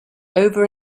over